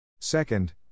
Second